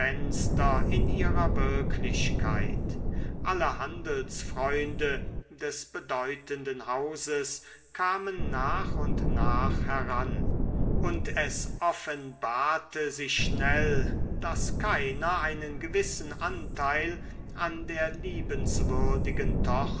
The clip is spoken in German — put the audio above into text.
in ihrer wirklichkeit alle handelsfreunde des bedeutenden hauses kamen nach und nach heran und es offenbarte sich schnell daß keiner einen gewissen anteil an der liebenswürdigen